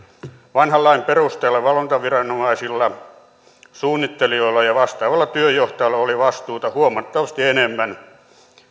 vanhan lain perusteella valvontaviranomaisilla suunnittelijoilla ja vastaavalla työnjohtajalla oli vastuuta huomattavasti enemmän